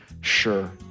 sure